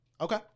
Okay